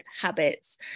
habits